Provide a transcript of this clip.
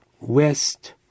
west